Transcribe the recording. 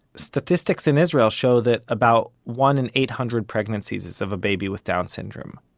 statistics in israel show that about one in eight hundred pregnancies is of a baby with down syndrome.